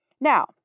Now